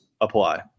apply